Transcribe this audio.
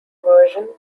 version